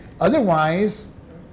Otherwise